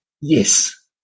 Yes